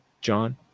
John